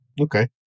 Okay